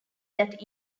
that